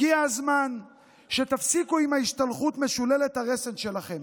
הגיע הזמן שתפסיקו עם ההשתלחות משוללת הרסן שלכם.